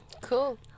Cool